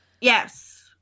Yes